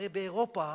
הרי באירופה